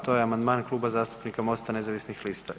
To je amandman Kluba zastupnika MOST-a nezavisnih lista.